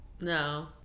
No